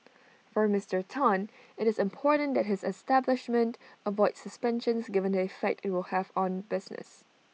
for Mister Tan IT is important that his establishment avoids suspensions given the effect IT will have on business